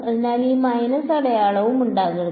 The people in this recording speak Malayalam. അതിനാൽ ഒരു മൈനസ് അടയാളവും ഉണ്ടാകരുത്